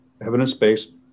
evidence-based